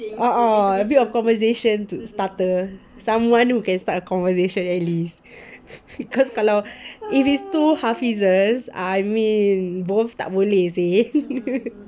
uh uh a bit of conversation to starter someone who can start a conversation at least cause kalau if it's two hafizes I mean both tak boleh seh